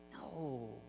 No